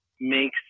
makes